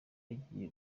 yagiye